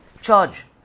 charge